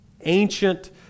ancient